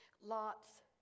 Lots